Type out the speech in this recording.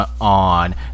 on